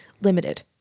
limited